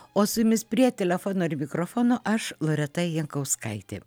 o su jumis prie telefono ir mikrofono aš loreta jankauskaitė